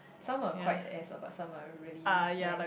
some are quite ass lah but some are really nice